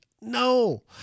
No